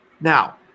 Now